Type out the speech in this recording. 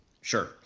sure